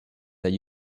that